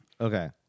Okay